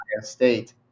State